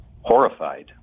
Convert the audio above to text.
horrified